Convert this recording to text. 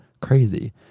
crazy